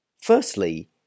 Firstly